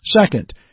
Second